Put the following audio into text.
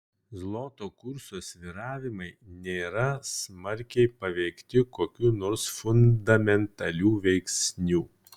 zloto kurso svyravimai nėra smarkiai paveikti kokių nors fundamentalių veiksnių